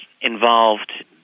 involved